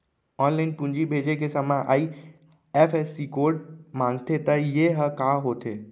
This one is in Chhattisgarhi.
ऑनलाइन पूंजी भेजे के समय आई.एफ.एस.सी कोड माँगथे त ये ह का होथे?